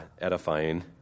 edifying